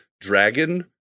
dragon